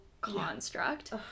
construct